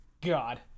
God